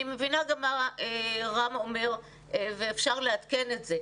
מבינה גם מה רם אומר ואפשר לעדכן את זה,